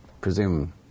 presume